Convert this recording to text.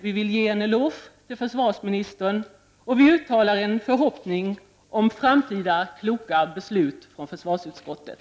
Vi vill emellertid ge försvarsministern en eloge, och vi uttalar en förhoppning om framtida kloka beslut från försvarsutskottet.